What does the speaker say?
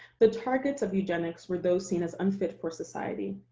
the targets of eugenics were those seen as unfit for society,